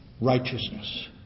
righteousness